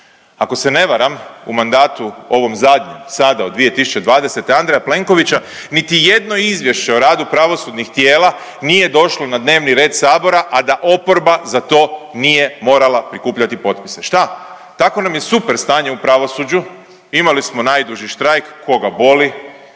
Ako se ne varam u mandatu ovom zadnjem sada od 2020. Andreja Plenkovića niti jedno izvješće o radu pravosudnih tijela nije došlo na dnevni red sabora, a da oporba za to nije morala prikupljati potpise. Šta, tako nam je super stanje u pravosuđu, imali smo najduži štrajk, koga boli,